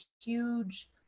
huge